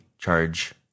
charge